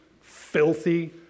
filthy